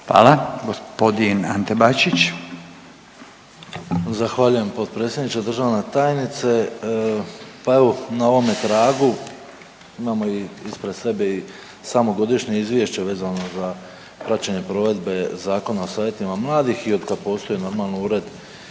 Bačić. **Bačić, Ante (HDZ)** Zahvaljujem potpredsjedniče, državna tajnice. Pa evo na ovome tragu imamo ispred sebe i samo Godišnje izvješće vezano za praćenje provedbe Zakona o savjetima mladih i od kad postoji normalno ured